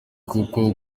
koko